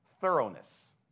thoroughness